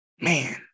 Man